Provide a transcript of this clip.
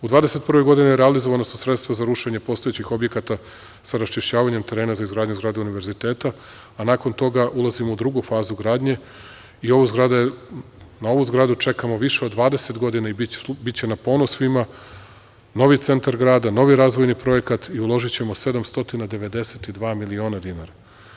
U 2021. godini realizovana su sredstva za rušenje postojećih objekata sa raščišćavanjem terena za izgradnju zgrade Univerziteta, a nakon toga ulazimo u drugu fazu gradnje, na ovu zgradu čekamo više od 20 godina i biće na ponos svima, novi centar grada, novi razvojni projekat i uložićemo 792 miliona dinara.